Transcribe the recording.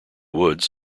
woods